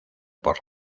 por